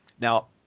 Now